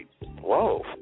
whoa